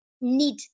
need